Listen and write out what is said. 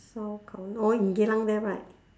烧烤 orh in geylang there right